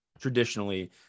traditionally